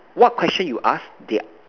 what question you ask they're